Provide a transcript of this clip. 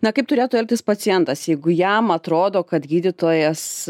na kaip turėtų elgtis pacientas jeigu jam atrodo kad gydytojas